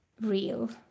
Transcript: real